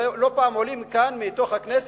לא פעם עולים כאן, מהכנסת,